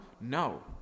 No